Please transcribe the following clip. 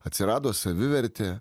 atsirado savivertė